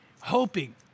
hoping